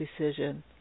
decision